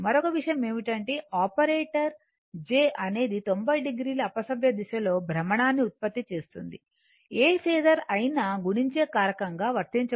మరొక విషయం ఏమిటంటే ఆపరేటర్ j అనేది 90o అపసవ్యదిశలో భ్రమణాన్ని ఉత్పత్తి చేస్తుంది ఏ ఫేసర్ అయినా గుణించే కారకంగా వర్తించబడుతుంది